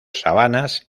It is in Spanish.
sabanas